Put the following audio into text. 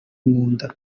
nkunda